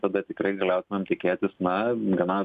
tada tikrai galėtumėm tikėtis na gana